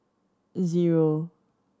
zero